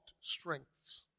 strengths